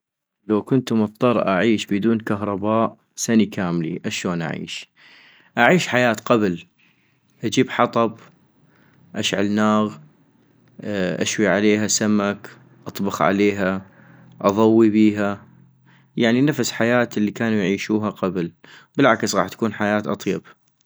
لو كنتو مضطر أعيش بدون كهرباء سني كاملي اشون اعيش؟ - أعيش حياة قبل، اجيب حطب، اشعل ناغ، اشوي عليها سمك، اطبخ عليها ، اضوي بيها ، يعني نفس حياة الي كانو يعيشوها قبل بالعكس غاح تكون حياة اطيب